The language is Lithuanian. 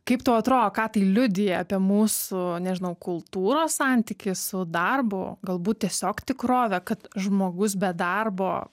kaip tau atrodo ką tai liudija apie mūsų nežinau kultūros santykį su darbu galbūt tiesiog tikrovė kad žmogus be darbo